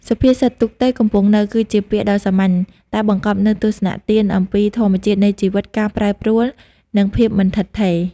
សុភាសិត ទូកទៅ កំពង់នៅ គឺជាពាក្យដ៏សាមញ្ញ តែបង្កប់នូវទស្សនៈទានអំពីធម្មជាតិនៃជីវិត ការប្រែប្រួល និងភាពមិនឋិតថេរ។